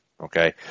okay